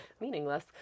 meaningless